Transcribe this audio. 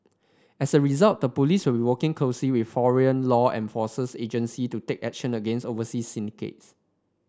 as a result the police will working closely with foreign law enforces agency to take action against overseas syndicates